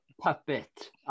Puppet